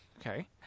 Okay